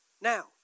Now